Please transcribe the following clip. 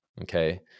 okay